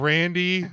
Randy